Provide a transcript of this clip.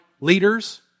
leaders